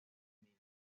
andina